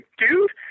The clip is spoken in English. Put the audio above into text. dude